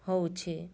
ହେଉଛି